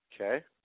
Okay